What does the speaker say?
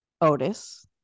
Otis